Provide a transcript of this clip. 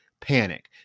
panic